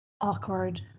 Awkward